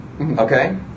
okay